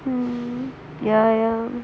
mmhmm ya